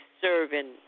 serving